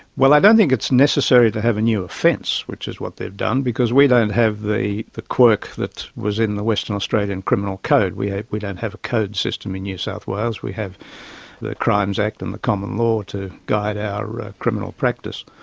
well, i don't think it's necessary to have a new offence, which is what they've done, because we don't have the the quirk that was in the western australian criminal code. we don't have a code system in new south wales, we have the crimes act and the common law to guide our criminal practice.